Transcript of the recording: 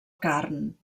carn